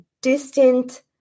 distant